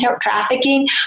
trafficking